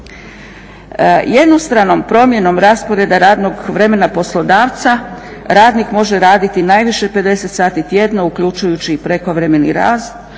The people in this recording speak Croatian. Jednostranom promjenom rasporeda radnog vremena poslodavca radnik može raditi najviše 50 sati tjedno uključujući i prekovremeni rad